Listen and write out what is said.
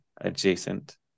adjacent